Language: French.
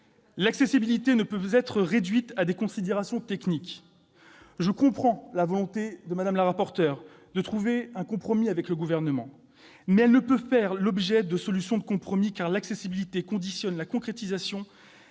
l'accessibilité ne peut pas être réduite à des considérations techniques. Je comprends la volonté de Mme la rapporteur de trouver un compromis avec le Gouvernement, mais l'accessibilité ne peut pas faire l'objet de solutions de compromis, car elle conditionne la concrétisation